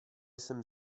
jsem